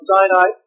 Sinai